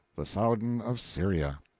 the sowdan of syria.